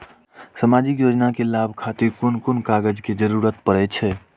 सामाजिक योजना के लाभक खातिर कोन कोन कागज के जरुरत परै छै?